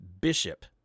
bishop